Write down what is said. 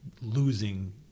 losing